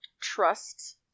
trust